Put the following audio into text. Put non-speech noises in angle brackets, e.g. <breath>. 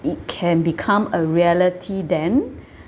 it can become a reality then <breath>